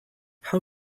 how